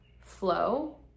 flow